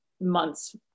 months